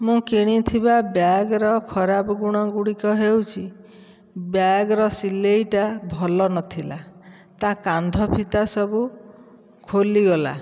ମୁଁ କିଣିଥିବା ବ୍ୟାଗ୍ର ଖରାପ ଗୁଣ ଗୁଡ଼ିକ ହେଉଛି ବ୍ୟାଗ୍ର ସିଲେଇଟା ଭଲ ନଥିଲା ତା କାନ୍ଧ ଫିତା ସବୁ ଖୋଲିଗଲା